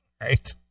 right